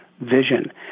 vision